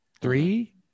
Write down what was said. Three